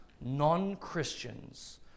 non-Christians